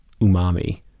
umami